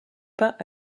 pas